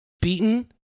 beaten